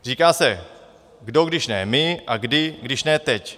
Říká se: kdo, když ne my, a kdy, když ne teď.